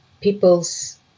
people's